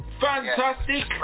Fantastic